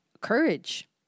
courage